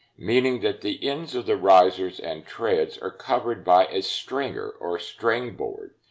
meaning that the ends of the risers and treads are covered by a stringer or string board.